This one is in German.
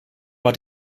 war